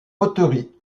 poteries